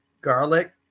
Garlic